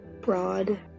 broad